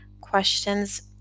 questions